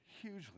hugely